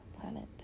planet